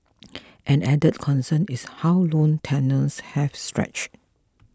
an added concern is how loan tenures have stretched